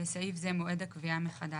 בסעיף זה מועד הקביעה מחדש,